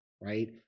right